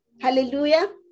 Hallelujah